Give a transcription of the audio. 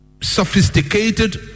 sophisticated